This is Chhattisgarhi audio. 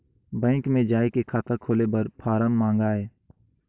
बैंक मे जाय के खाता खोले बर फारम मंगाय?